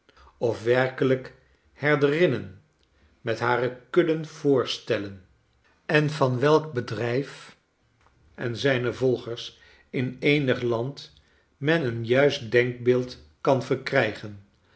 of werkelyke herderinnen met hare kudden voorstellen en van welk bedrijf en zijne volgersin eenig land men een juist denkbeeld kan verkrygen